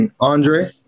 Andre